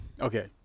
Okay